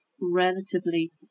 relatively